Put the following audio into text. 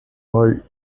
light